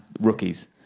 rookies